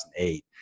2008